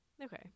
okay